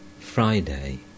Friday